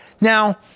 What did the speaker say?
Now